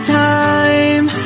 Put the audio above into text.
time